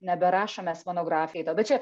neberašom mes monografijų į to bet čia